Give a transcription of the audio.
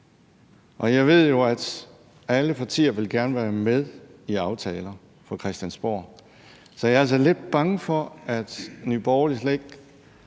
Jeg ved jo, at alle partier gerne vil være med i aftaler på Christiansborg, så jeg er altså lidt bange for, at Nye Borgerlige slet ikke